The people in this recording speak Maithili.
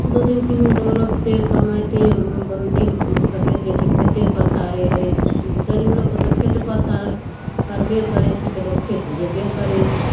दू दिन तीन दिन तक रोपिते कमाइते दिन कटैत रहै छै खेते पथारे रहै छियै गरीब लोकके तऽ खेत पथार करबे करै छै तऽ लोक खेत जेबे करै छै